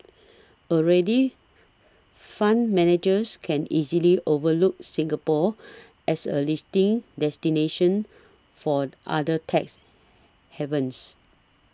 already fund managers can easily overlook Singapore as a listing destination for other tax havens